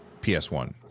PS1